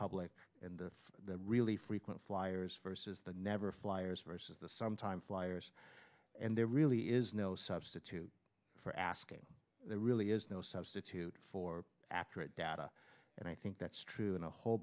public and the really frequent flyers vs the never flyers vs the sometime flyers and there really is no substitute for asking there really is no substitute for accurate data and i think that's true in a whole